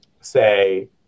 say